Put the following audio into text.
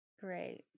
Great